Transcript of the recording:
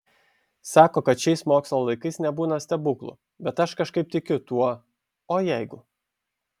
sako kad šiais mokslo laikais nebūna stebuklų bet aš kažkaip tikiu tuo o jeigu